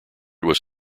was